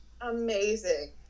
amazing